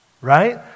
right